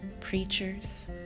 preachers